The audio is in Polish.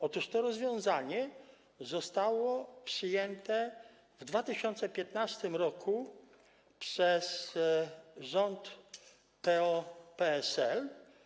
Otóż to rozwiązanie zostało przyjęte w 2015 r. przez rząd PO-PSL.